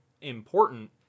important